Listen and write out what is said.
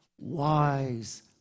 Wise